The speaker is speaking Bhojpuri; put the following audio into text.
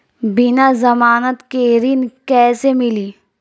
बिना जमानत के ऋण कैसे मिली?